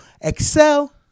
excel